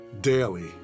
daily